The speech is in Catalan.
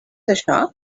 això